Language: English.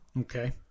Okay